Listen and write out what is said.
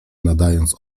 nadając